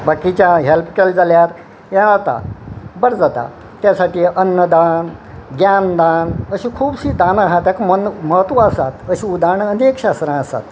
बाकीच्या हेल्प केले जाल्यार हे जाता बरें जाता त्या साठी अन्नदान ज्ञान दान अशी खुबशीं दानां आसा ताका मन म्हत्व आसात अश्यो उदाहरणां अनेक शास्त्रां आसात